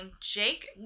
Jake